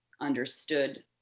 understood